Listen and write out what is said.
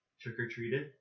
trick-or-treated